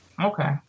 Okay